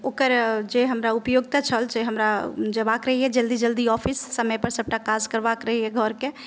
ओकर जे उपयोगिता छल से हमरा जयबाक रहैए जल्दी जल्दी ऑफिस समयपर सभटा काज करबाक रहैए घरके